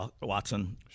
Watson